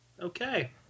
Okay